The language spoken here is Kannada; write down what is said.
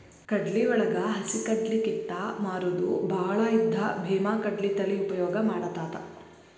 ಕಡ್ಲಿವಳಗ ಹಸಿಕಡ್ಲಿ ಕಿತ್ತ ಮಾರುದು ಬಾಳ ಇದ್ದ ಬೇಮಾಕಡ್ಲಿ ತಳಿ ಉಪಯೋಗ ಮಾಡತಾತ